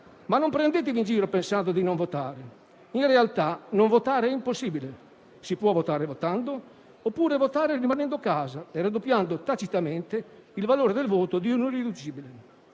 ma non prendetevi in giro pensando di non votare. In realtà, non votare è impossibile, si può votare votando oppure votare rimanendo a casa e raddoppiando tacitamente il valore del voto di un irriducibile.